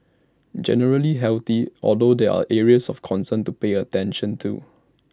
generally healthy although there are areas of concern to pay attention to